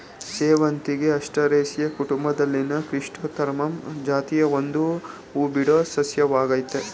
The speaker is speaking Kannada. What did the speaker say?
ಸೇವಂತಿಗೆ ಆಸ್ಟರೇಸಿಯಿ ಕುಟುಂಬದಲ್ಲಿನ ಕ್ರಿಸ್ಯಾಂಥಮಮ್ ಜಾತಿಯ ಒಂದು ಹೂಬಿಡೋ ಸಸ್ಯವಾಗಯ್ತೆ